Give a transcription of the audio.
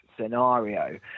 scenario